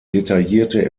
detaillierte